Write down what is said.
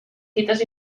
fites